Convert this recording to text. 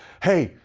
hey,